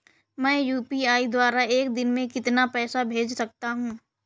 मैं यू.पी.आई द्वारा एक दिन में कितना पैसा भेज सकता हूँ?